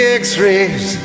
x-rays